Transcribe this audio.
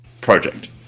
project